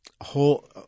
whole